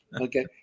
Okay